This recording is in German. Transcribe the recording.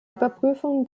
überprüfung